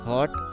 Hot